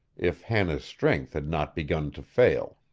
if hannah's strength had not begun to fail,